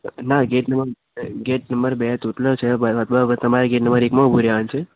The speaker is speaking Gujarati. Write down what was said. ના ગેટ નંબર ગેટ નંબર બે તૂટેલો છે એ વાત બરાબર તમારે ગેટ નંબર એકમાં ઊભું રહેવાનું છે